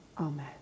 Amen